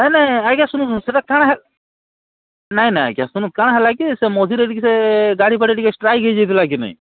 ନାଇ ନାଇ ଆଜ୍ଞା ଶୁଣୁନ୍ ଶୁଣୁନ୍ ସେଟା କା'ଣା ହେଲା କି ଶୁଣୁନ୍ କା'ଣା ହେଲା କି ସେ ମଝିରେ ଟିକେ ସେ ଗାଡ଼ିଫାଡ଼ି ଟିକେ ଷ୍ଟ୍ରାଇକ୍ ହେଇଯାଇଥିଲା କି ନି